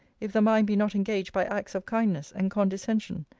if the mind be not engaged by acts of kindness and condescension!